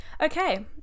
Okay